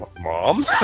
mom